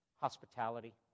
Hospitality